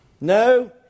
No